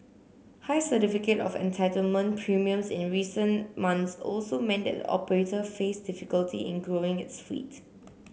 high certificate of entitlement premiums in recent months also meant that the operator faced difficulty in growing its fleet